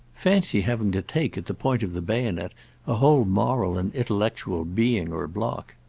fancy having to take at the point of the bayonet a whole moral and intellectual being or block!